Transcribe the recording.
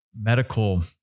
medical